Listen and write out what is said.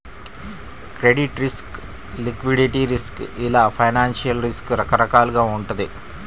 credit risk, liquidity risk ఇలా financial risk రకరకాలుగా వుంటది